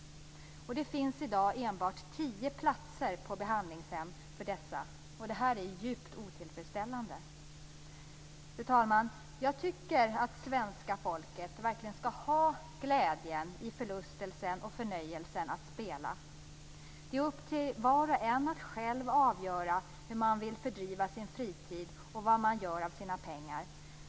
Det finns i dag enbart tio platser på behandlingshem för dessa. Det är djupt otillfredsställande. Fru talman! Jag tycker att svenska folket skall ha glädjen i förlustelsen och förnöjelsen att spela. Det är upp till var och en att själv avgöra hur man vill fördriva sin fritid och vad man gör av sina pengar.